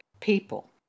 people